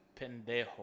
pendejo